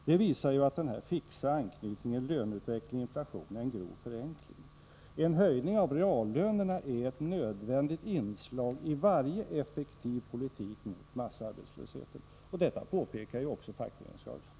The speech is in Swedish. Det visar ju att den fixa anknytningen löneutveckling-inflation är en grov förenkling. En höjning av reallönerna är ett nödvändigt inslag i varje effektiv politik mot massarbetslösheten. Detta påpekar ju också fackföreningsrörelsen.